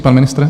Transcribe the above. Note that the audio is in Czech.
Pan ministr?